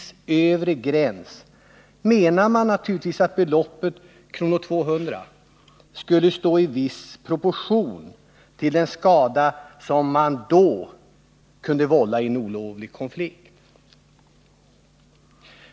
som en övre gräns menade man naturligtvis att beloppet skulle stå i viss proportion till den skada som en arbetstagare då kunde vålla i en olovlig konflikt.